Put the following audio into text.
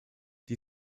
die